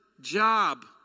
job